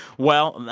well, and